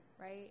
right